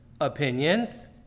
opinions